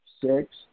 six